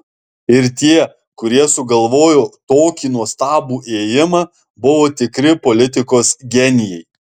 ir tie kurie sugalvojo tokį nuostabų ėjimą buvo tikri politikos genijai